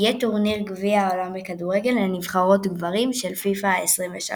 יהיה טורניר גביע העולם בכדורגל לנבחרות גברים של פיפ"א ה-23,